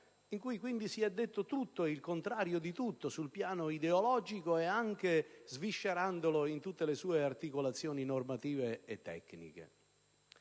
quale, quindi, si è detto tutto e il contrario di tutto sul piano ideologico, sviscerandolo in tutte le sue articolazioni normative e tecniche.